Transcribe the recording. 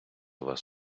вас